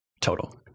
total